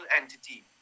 entity